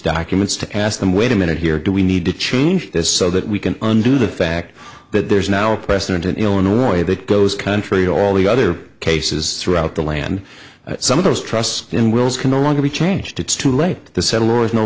documents to ask them wait a minute here do we need to change this so that we can undo the fact that there's now a precedent in illinois that goes contrary all the other cases throughout the land some of those trusts in wills can no longer be changed it's too late to settle or it's no